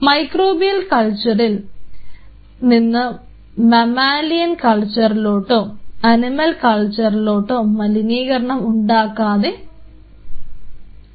microbial കൾച്ചറിൽ നിന്ന് mammalian കൾച്ചറിലോട്ടോ അനിമൽ കൾച്ചറിലോട്ടോ മലിനീകരണം ഉണ്ടാകാതെ സൂക്ഷിക്കേണ്ടതാണ്